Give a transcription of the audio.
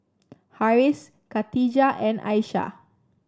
Harris Katijah and Aisyah